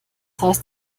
heißt